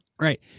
Right